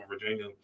Virginia